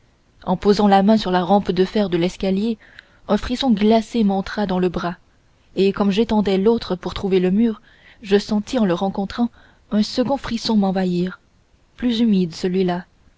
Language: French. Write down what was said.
en posant la main sur la rampe de fer de l'escalier un frisson glacé m'entra dans le bras et comme j'étendais l'autre pour trouver le mur je sentis en le rencontrant un second frisson m'envahir plus humide celui-là